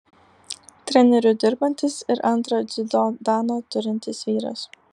treneriu dirbantis ir antrą dziudo daną turintis vyras